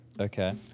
Okay